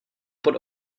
pod